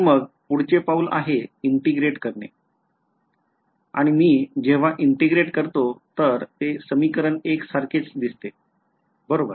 आणि मग पुढचे पाऊल आहे integrate करणे आणि मी जेव्हा integrate करतो तर ते समीकरण १ सारखेच दिसते बरोबर